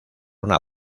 una